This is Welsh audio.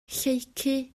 lleucu